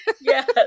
yes